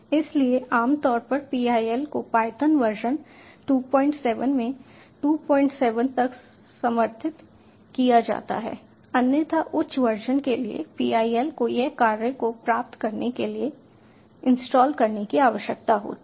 इसलिए आमतौर पर PIL को पायथन वर्जन 27 में 27 तक समर्थित किया जाता है अन्यथा उच्च वर्जन के लिए PIL को इस कार्य को प्राप्त करने के लिए इंस्टॉल करने की आवश्यकता होती है